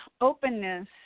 openness